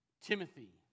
Timothy